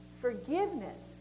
Forgiveness